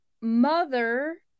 mother